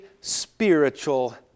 spiritual